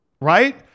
right